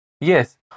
Yes